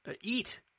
eat